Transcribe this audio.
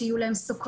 שטחים